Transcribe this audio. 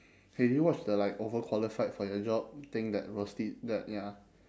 !hey! do you watch the like overqualified for your job thing that was the that ya